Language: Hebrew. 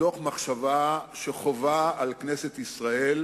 מתוך מחשבה שחובה על כנסת ישראל,